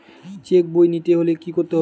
Check বই নিতে হলে কি করতে হবে?